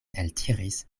eltiris